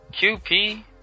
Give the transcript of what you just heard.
QP